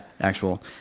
actual